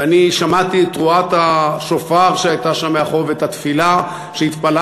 ואני שמעתי את תרועת השופר שהייתה שם מאחור ואת התפילה שהתפללתם,